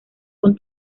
con